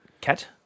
Cat